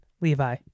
Levi